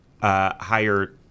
higher